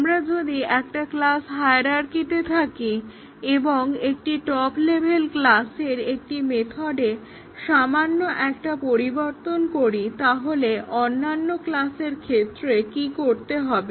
আমরা যদি একটা ক্লাস হায়ারার্কিতে থাকি এবং একটি টপ্ লেভেল ক্লাসের একটি মেথডে সামান্য একটা পরিবর্তন করিতাহলে অন্যান্য ক্লাসের ক্ষেত্রে কি করতে হবে